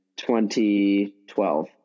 2012